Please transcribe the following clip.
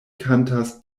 kantas